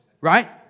right